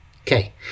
Okay